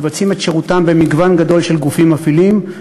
מבצעים את שירותם במגוון גדול של גופים מפעילים.